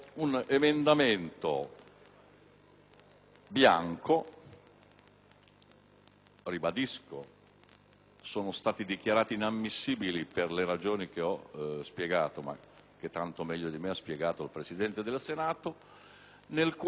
lo ribadisco - è stato dichiarato improponibile per le ragioni che ho spiegato (ma che tanto meglio di me ha spiegato il Presidente del Senato), dove si consente il terzo mandato consecutivo